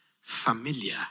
familiar